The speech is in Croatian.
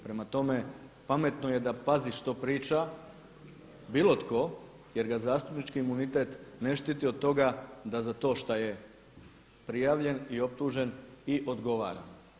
Prema tome, pametno je da pazi što priča bilo tko jer ga zaštitnički imunitet ne štiti od toga da za to što je prijavljen i optužen i odgovara.